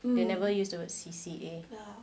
you never used the word C_C_A